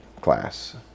class